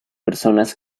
personas